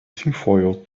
tinfoil